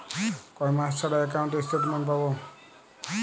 কয় মাস ছাড়া একাউন্টে স্টেটমেন্ট পাব?